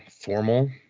formal